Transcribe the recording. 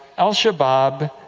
al-shabaab,